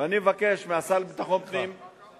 ואני מבקש מהשר לביטחון פנים, סליחה.